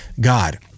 God